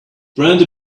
brenda